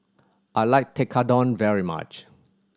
I like Tekkadon very much